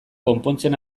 konpontzen